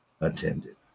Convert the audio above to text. attended